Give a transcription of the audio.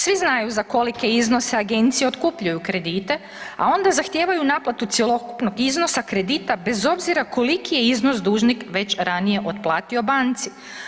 Svi znaju za kolike iznose agencije otkupljuju kredite, a onda zahtijevaju naplatu cjelokupnog iznosa kredita bez obzira koliki je iznos dužnik već ranije otplatio banci.